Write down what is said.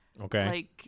okay